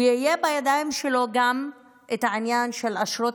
יהיה בידיים שלו גם העניין של אשרות